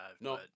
No